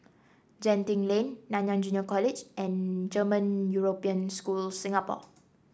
Genting Lane Nanyang Junior College and German European School Singapore